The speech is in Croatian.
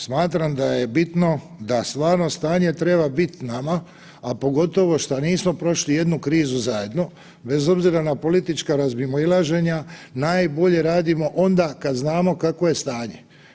Smatram da je bitno da stvarno stanje treba biti nama, a pogotovo što nismo prošli jednu krizu zajedno, bez obzira na politička razmimoilaženja najbolje radimo onda kada znamo kakvo je stanje.